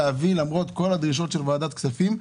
למרות כל הדרישות של ועדת הכספים,